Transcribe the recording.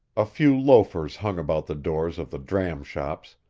a few loafers hung about the doors of the dram-shops,